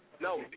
No